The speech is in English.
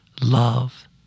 love